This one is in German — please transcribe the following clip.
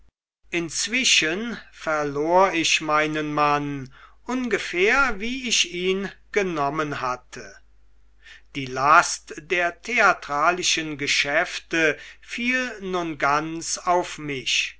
inzwischen verlor ich meinen mann ungefähr wie ich ihn genommen hatte die last der theatralischen geschäfte fiel nun ganz auf mich